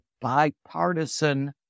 bipartisan